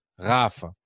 Rafa